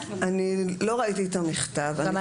אני לא ראיתי את המכתב --- גם אני לא.